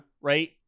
right